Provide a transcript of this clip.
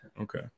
Okay